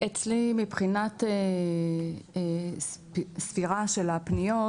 אצלי מבחינת ספירה של הפניות,